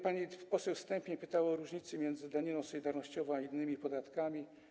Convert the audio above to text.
Pani poseł Stępień pytała o różnice między daniną solidarnościową a innymi podatkami.